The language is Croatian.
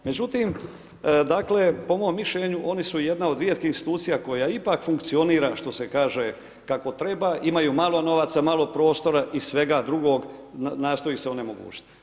Međutim, po mom mišljenju oni su jedna od rijetkih institucija koja ipak funkcionira, što se kaže, kako treba, imaju malo novaca, malo prostora i svega drugog, nastoji se onemogućiti.